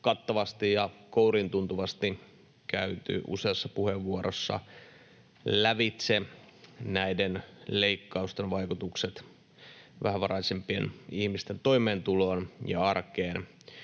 kattavasti ja kouriintuntuvasti käyty useassa puheenvuorossa lävitse näiden leikkausten vaikutukset vähävaraisimpien ihmisten toimeentuloon ja arkeen